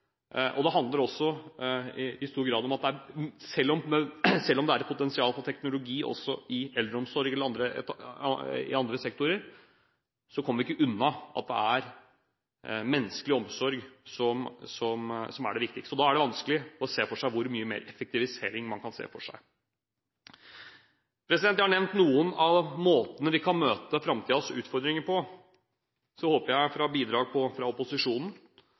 dager. Det handler også i stor grad om at – selv om det er et potensial for teknologi også i eldreomsorg og andre sektorer, kommer vi ikke unna at – det er menneskelig omsorg som er det viktige. Da er det vanskelig å se for seg hvor mye mer effektivisering man kan se for seg. Jeg har nevnt noen av måtene vi kan møte framtidens utfordringer på. Så håper jeg på bidrag fra opposisjonen